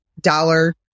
dollar